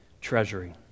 treasury